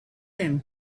them